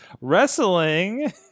Wrestling